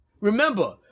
Remember